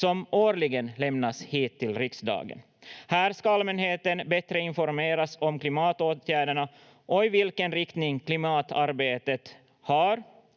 som årligen lämnas hit till riksdagen. Här ska allmänheten bättre informeras om klimatåtgärderna och vilken riktning klimatarbetet har